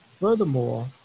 Furthermore